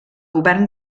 govern